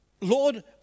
Lord